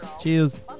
Cheers